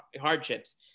hardships